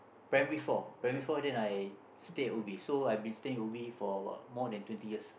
primary four primary four then I stay at Ubi so I have been staying at Ubi for about more than twenty years